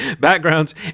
backgrounds